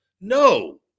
no